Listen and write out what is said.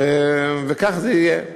וכך זה יהיה.